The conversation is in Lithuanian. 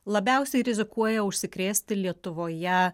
labiausiai rizikuoja užsikrėsti lietuvoje